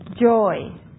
joy